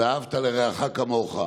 "ואהבת לרעך כמוך".